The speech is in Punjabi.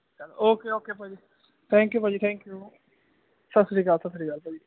ਓਕੇ ਓਕੇ ਭਾਅ ਜੀ ਥੈਂਕਯੂ ਭਾਅ ਜੀ ਥੈਂਕਯੂ ਸਤਿ ਸ਼੍ਰੀ ਅਕਾਲ ਸਤਿ ਸ੍ਰੀ ਅਕਾਲ ਭਾਅ ਜੀ